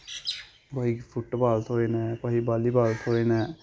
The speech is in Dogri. कुहै ई फुटबाल थ्होए न कुहै ई बालीबाल थ्होए न